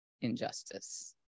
injustice